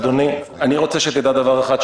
אני רוצה שתדע דבר אחד,